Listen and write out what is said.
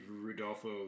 Rodolfo